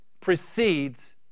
precedes